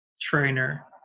trainer